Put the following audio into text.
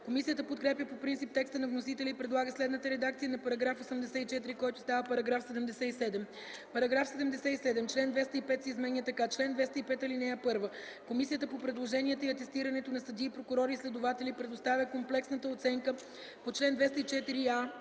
Комисията подкрепя по принцип текста на вносителя и предлага следната редакция на § 84, който става § 77: „§ 77. Член 205 се изменя така: „Чл. 205. (1) Комисията по предложенията и атестирането на съдии, прокурори и следователи предоставя комплексната оценка по чл. 204а,